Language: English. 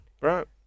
Right